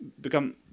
Become